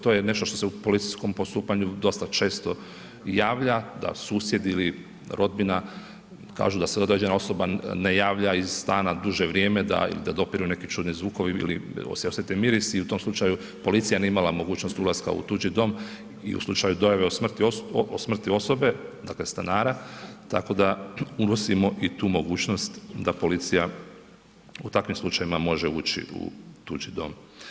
To je nešto što se u policijskom postupanju dosta često javlja, da susjed ili rodbina kažu da se određena osoba ne javlja iz stana duže vrijeme, da dopiru neki čudni zvukovi ili se osjete mirisi i u tom slučaju policija nije imala mogućnost ulaska u tuđi dom i u slučaju dojave o smrti osobe, dakle stanara, tako da unosimo i tu mogućnost da policija u takvim slučajevima može ući u tuđi dom.